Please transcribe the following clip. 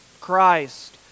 christ